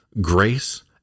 grace